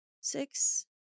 six